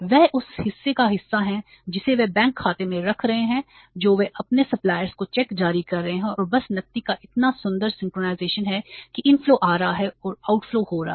वे उस हिस्से का हिस्सा हैं जिसे वे बैंक खाते में रख रहे हैं जो वे अपने सप्लायर्स को चेक जारी कर रहे हैं और बस नकदी का इतना सुंदर सिंक्रनाइज़ेशन हो रहा है